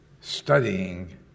studying